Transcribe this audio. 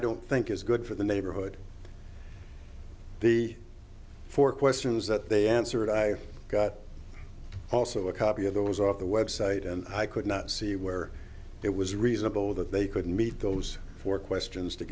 don't think is good for the neighborhood the four questions that they answered i got also a copy of those off the website and i could not see where it was reasonable that they could meet those four questions to